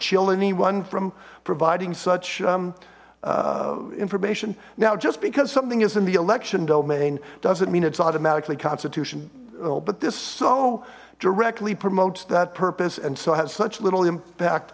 chill anyone from providing such information now just because something is in the election domain doesn't mean it's automatically constitutional no but this so directly promotes that purpose and so has such little impact